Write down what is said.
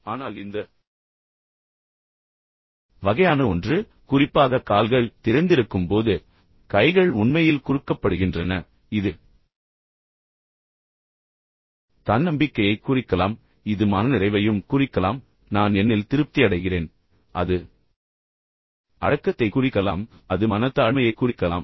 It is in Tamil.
ஆனால் இந்த வகையான ஒன்று குறிப்பாக கால்கள் திறந்திருக்கும் போது பின்னர் கைகள் உண்மையில் குறுக்கப்படுகின்றன எனவே இது தன்னம்பிக்கையைக் குறிக்கலாம் இது மனநிறைவையும் குறிக்கலாம் நான் என்னில் திருப்தி அடைகிறேன் அது அடக்கத்தைக் குறிக்கலாம் அது மனத்தாழ்மையைக் குறிக்கலாம்